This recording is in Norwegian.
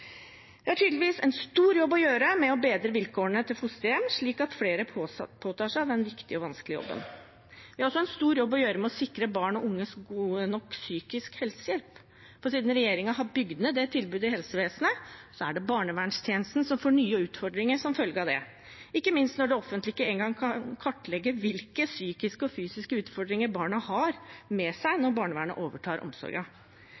har tydeligvis en stor jobb å gjøre med å bedre vilkårene til fosterhjem slik at flere påtar seg denne viktige og vanskelige jobben. Vi har også en stor jobb å gjøre med å sikre barn og unge god nok psykisk helsehjelp. Siden regjeringen har bygd ned det tilbudet i helsevesenet, er det barnevernstjenesten som får nye utfordringer som følge av det – ikke minst når det offentlige ikke en gang kan kartlegge hvilke psykiske og fysiske utfordringer barna har med seg